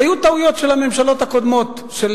היו טעויות של הממשלות הקודמות,